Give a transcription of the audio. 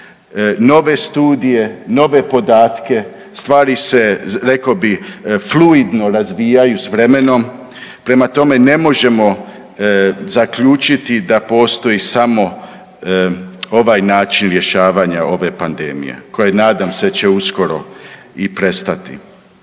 nove studije, nove podatke, stvari se rekao bi fluidno razvijaju s vremenom. Prema tome, ne možemo zaključiti da postoji samo ovaj način rješavanja ove pandemije koja nadam se da će uskoro i prestati.